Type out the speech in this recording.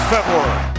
February